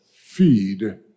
feed